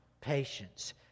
patience